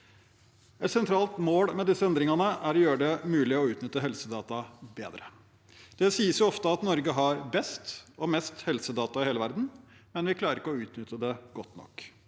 Et sentralt mål med disse endringene er å gjøre det mulig å utnytte helsedata bedre. Det sies jo ofte at Norge har best og mest helsedata i hele verden, men at vi ikke klarer å utnytte dem godt nok.